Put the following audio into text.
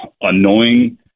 annoying